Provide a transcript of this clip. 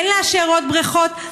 כן לאשר עוד בריכות?